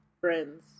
friends